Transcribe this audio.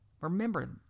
Remember